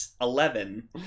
eleven